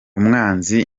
umwanzi